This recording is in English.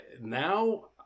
now